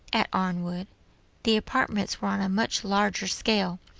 at arnwood the apartments were on a much larger scale.